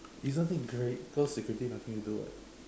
isn't it great because security nothing to do [what]